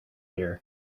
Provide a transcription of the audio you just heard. here